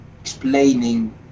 explaining